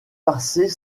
passer